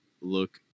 look